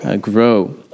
grow